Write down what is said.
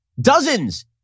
Dozens